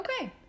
Okay